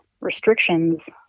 restrictions